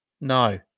No